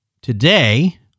today